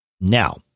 Now